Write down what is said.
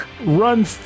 run